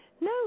no